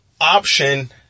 option